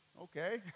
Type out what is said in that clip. Okay